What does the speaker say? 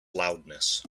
loudness